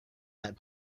that